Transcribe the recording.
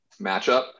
matchup